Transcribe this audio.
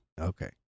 Okay